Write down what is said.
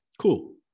cool